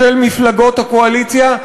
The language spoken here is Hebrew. של מפלגות הקואליציה,